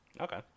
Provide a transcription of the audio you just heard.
Okay